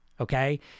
Okay